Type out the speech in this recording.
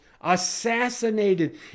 assassinated